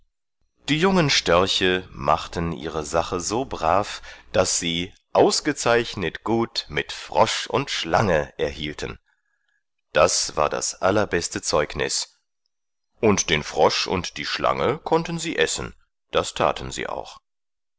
die jungen störche machten ihre sache so brav daß sie ausgezeichnet gut mit frosch und schlange erhielten das war das allerbeste zeugnis und den frosch und die schlange konnten sie essen das thaten sie auch